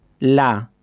la